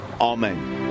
Amen